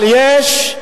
אבל יש,